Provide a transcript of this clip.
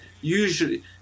usually